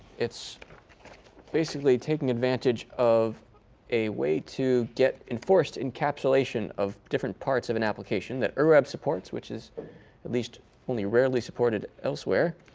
it's basically taking advantage of a way to get enforced encapsulation of different parts of an application that ur web supports, which is at least only rarely supported elsewhere.